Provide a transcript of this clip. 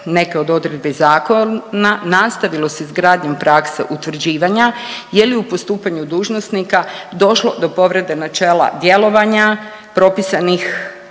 neke od odredbi zakona nastavilo se s gradnjom prakse utvrđivanja je li u postupanju dužnosnika došlo do povrede načela djelovanja propisanih